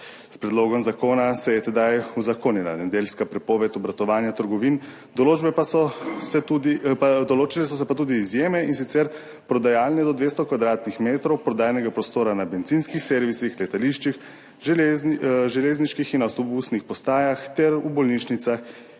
S predlogom zakona se je tedaj uzakonila nedeljska prepoved obratovanja trgovin, določile so se pa tudi izjeme, in sicer prodajalne do 200 kvadratnih metrov prodajnega prostora na bencinskih servisih, letališčih, železniških in avtobusnih postajah ter v bolnišnicah,